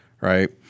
right